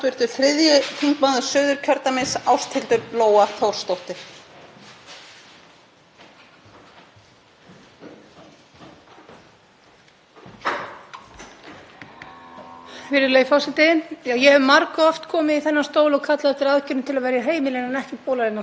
Virðulegi forseti. Ég hef margoft komið í þennan stól og kallað eftir aðgerðum til að verja heimilin en ekkert bólar enn á þeim. Hér er ég þó komin því að á föstudaginn barst þingmönnum enn og aftur neyðarkall frá samstöðuhópi einyrkja og lítilla fyrirtækja í ferðaþjónustu.